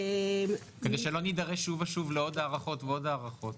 כדי שלא נידרש שוב ושוב לעוד ועוד הארכות.